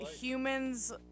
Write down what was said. humans